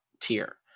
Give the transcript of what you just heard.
tier